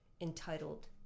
entitled